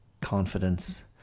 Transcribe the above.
confidence